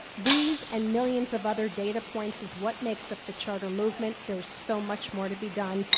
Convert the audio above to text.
these and millions of other data points is what makes up the charter movement. there is so much more to be done.